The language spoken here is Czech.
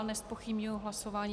Nezpochybňuji hlasování.